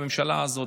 לממשלה הזו,